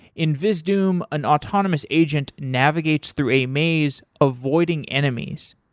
in vizdoom an autonomous agent navigates through a maze avoiding enemies.